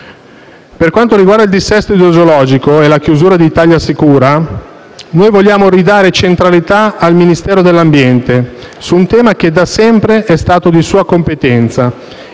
Per quanto riguarda il dissesto idrogeologico e la chiusura di ItaliaSicura, noi vogliamo ridare centralità al Ministero dell'ambiente su un tema che da sempre è stato di sua competenza,